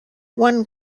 one